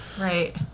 Right